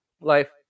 life